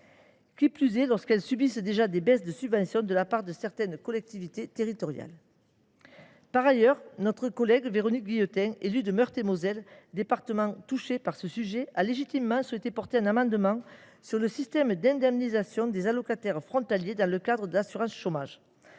qui plus est lorsqu’elles subissent déjà des baisses de subventions de la part de certaines collectivités territoriales. Par ailleurs, notre collègue Véronique Guillotin, élue de Meurthe et Moselle, département où vivent de nombreux travailleurs frontaliers, a légitimement souhaité déposer un amendement sur le système d’indemnisation des allocataires frontaliers dans le cadre de l’assurance chômage.